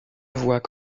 voit